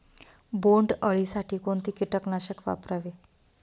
बोंडअळी साठी कोणते किटकनाशक वापरावे?